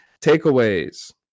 Takeaways